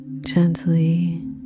gently